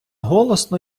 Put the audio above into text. голосно